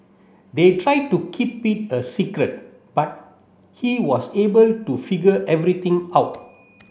they tried to keep it a secret but he was able to figure everything out